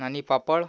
आणि पापड